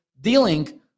dealing